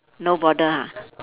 no border ha